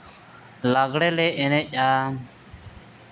ᱞᱟᱜᱽᱬᱮ ᱞᱮ ᱮᱱᱮᱡᱟ